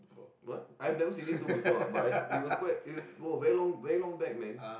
what I've never seen it too before lah but it was quite it was !wah! very long very long back man